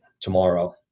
tomorrow